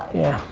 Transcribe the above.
yeah.